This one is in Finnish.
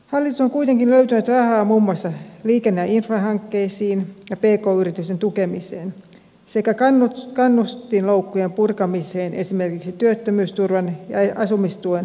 hallitus on kuitenkin löytänyt rahaa muun muassa liikenne ja infrahankkeisiin ja pk yritysten tukemiseen sekä kannustinloukkujen purkamiseen esimerkiksi työttömyysturvan ja asumistuen suojaosuuksien muodossa